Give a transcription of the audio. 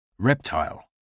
Reptile